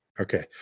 Okay